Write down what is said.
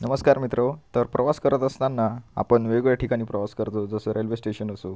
नमस्कार मित्रहो तर प्रवास करत असताना आपण वेगवेगळ्या ठिकाणी प्रवास करतो जसं रेल्वे स्टेशन असो